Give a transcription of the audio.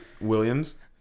Williams